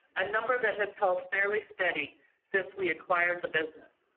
a number that has held fairly steady since we acquired the business.